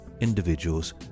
individuals